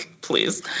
please